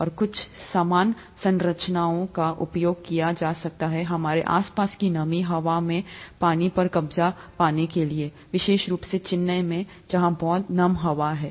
और कुछ समान संरचनाओं का उपयोग किया जा सकता है हमारे आसपास की नम हवा से पानी पर कब्जा किया जा सकता है विशेष रूप से चेन्नई में यह बहुत नम हवा है